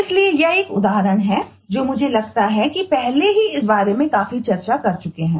इसलिए यह एक और उदाहरण है जो मुझे लगता है कि हम पहले ही इस बारे में काफी चर्चा कर चुके हैं